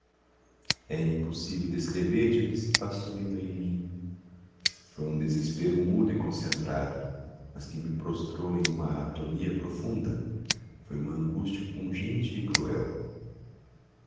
é impossível descrever te o que se passou então em mim foi um desespero mudo e concentrado mas que me prostrou em uma atonia profunda foi uma angústia pungente e cruel